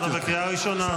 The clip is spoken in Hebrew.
אתה בקריאה ראשונה.